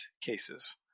cases